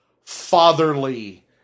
fatherly